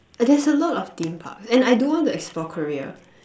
there's a lot of theme parks and I do want to explore Korea